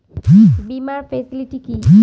বীমার ফেসিলিটি কি?